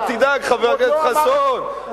כבוד היושב-ראש.